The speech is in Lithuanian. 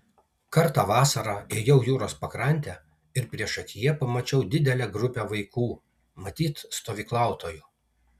kartą vasarą ėjau jūros pakrante ir priešakyje pamačiau didelę grupę vaikų matyt stovyklautojų